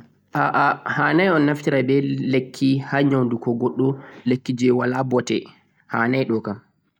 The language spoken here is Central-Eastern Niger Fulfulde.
Hanai ɗun naftira be magani je mala bote ha nyautugo neɗɗo